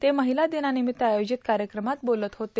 ते महिला दिनानिमित्त आयोजित कार्यकमात बोलत होते